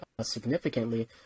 significantly